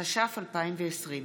התש"ף 2020,